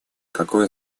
какое